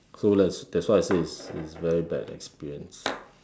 so let's that's why I say it's it's very bad experience